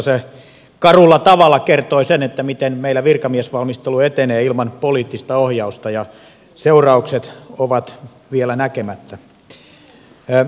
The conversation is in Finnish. se karulla tavalla kertoi sen miten meillä virkamiesvalmistelu etenee ilman poliittista ohjausta ja seuraukset ovat vielä näkemättä